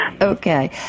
Okay